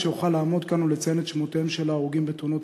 שאוכל לעמוד כאן ולציין את שמותיהם של ההרוגים בתאונות